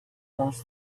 across